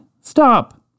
Stop